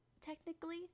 technically